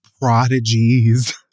prodigies